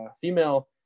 female